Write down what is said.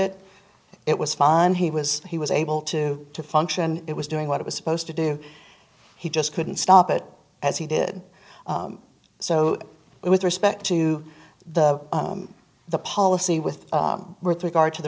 it it was fine he was he was able to function it was doing what it was supposed to do he just couldn't stop it as he did so with respect to the the policy with regard to the